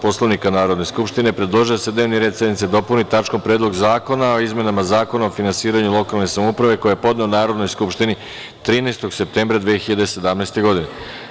Poslovnika Narodne skupštine, predložio je da se dnevni red sednice dopuni tačkom – Predlog zakona o izmenama Zakona o finansiranju lokalne samouprave, koji je Narodnoj skupštini podneo 13. septembra 2017. godine.